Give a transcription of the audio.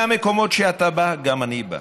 מהמקומות שאתה בא, גם אני בא.